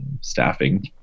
staffing